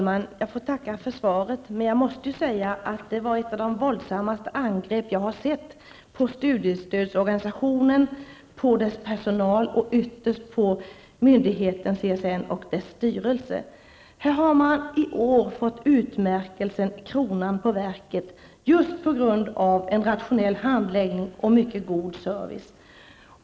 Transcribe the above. Herr talman! Jag tackar för svaret, men jag måste säga att det var ett av de våldsammaste angrepp jag har sett på studiestödsorganisationen, på dess personal och ytterst på myndigheten CSN och dess styrelse. CSN har i år fått utmärkelsen ''kronan på verket'' just på grund av en rationell handläggning och en mycket god service.